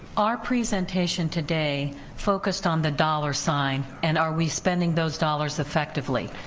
our presentation today focused on the dollar sign, and are we spending those dollars effectively.